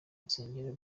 rusengero